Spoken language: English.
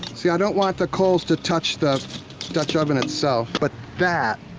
see, i don't want the coals to touch the dutch oven itself, but that,